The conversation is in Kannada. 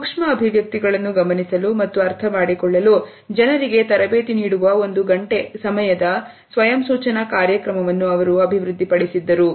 ಸೂಕ್ಷ್ಮ ಅಭಿವ್ಯಕ್ತಿಗಳನ್ನು ಗಮನಿಸಲು ಮತ್ತು ಅರ್ಥಮಾಡಿಕೊಳ್ಳಲು ಜನರಿಗೆ ತರಬೇತಿ ನೀಡುವ ಒಂದು ಘಂಟೆ ಸಮಯದ ಸ್ವಯಂ ಸೂಚನಾ ಕಾರ್ಯಕ್ರಮವನ್ನು ಅವರು ಅಭಿವೃದ್ಧಿಪಡಿಸಿದರು